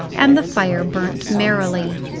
and the fire burnt merrily.